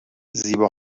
زیبا